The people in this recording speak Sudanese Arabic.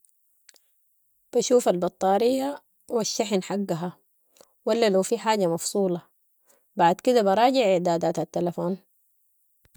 بشوف البطارية و الشحن حقها ولا لو في حاجة مفصوله، بعد كده براجع اعدادات التلفون.